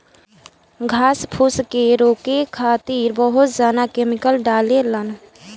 घास फूस के रोके खातिर बहुत जना केमिकल डालें लन